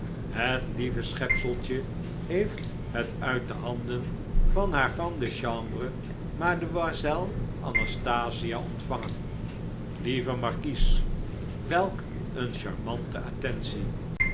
het lieve schepseltje heeft het uit de handen van haar femme de chambre mademoiselle anastasie ontvangen lieve markies welk een charmante attentie